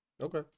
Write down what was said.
Okay